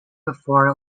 before